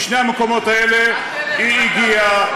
משני המקומות האלה היא הגיעה,